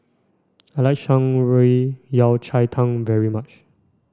I like Shan Rui Yao Cai Tang very much